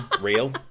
real